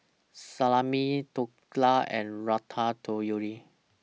Salami Dhokla and Ratatouille